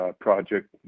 project